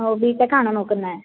ഓ B tech ആണോ നോക്കുന്നത്